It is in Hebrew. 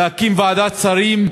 להקים ועדת שרים,